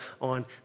on